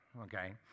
okay